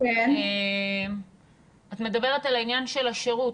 על העניין של השירות,